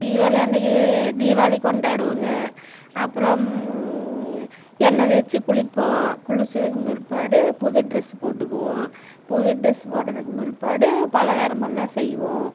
தீபாவளி அன்றைக்கு தீபாவளி கொண்டாடுவோங்க அப்புறம் எண்ணெய் தேய்ச்சி குளிப்போம் குளித்ததுக்கும் பிற்பாடு புது டிரஸ் போட்டுக்குவோம் புது டிரஸ் போட்டதுக்கும் பிற்பாடு பலகாரமெல்லாம் செய்வோம்